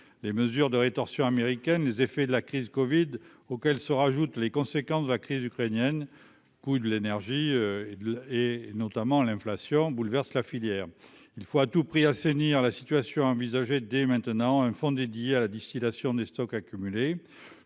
les mesures de rétorsion américaines, les effets de la crise Covid auxquels se rajoutent les conséquences de la crise ukrainienne, coût de l'énergie et et notamment l'inflation bouleverse la filière, il faut à tout prix assainir la situation envisager dès maintenant un fonds dédié à la distillation des stocks accumulés